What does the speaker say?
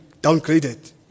downgraded